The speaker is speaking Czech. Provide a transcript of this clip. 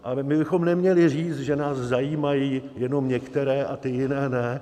Ale my bychom neměli říct, že nás zajímají jenom některé a ty jiné ne.